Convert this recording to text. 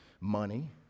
money